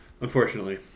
Unfortunately